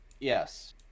Yes